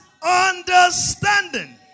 understanding